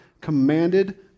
commanded